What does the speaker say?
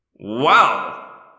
Wow